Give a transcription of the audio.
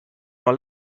your